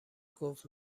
گفت